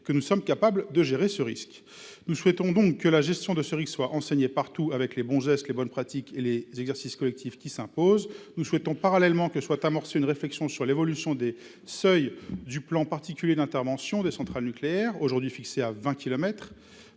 que nous sommes capables de gérer une telle menace. Nous souhaitons donc que la gestion de ce risque soit enseignée partout, avec les bons gestes, les bonnes pratiques et les exercices collectifs qui s'imposent. Nous aimerions, parallèlement, que soit amorcée une réflexion sur l'évolution des seuils du plan particulier d'intervention des centrales nucléaires, aujourd'hui fixé à 20